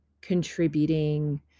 contributing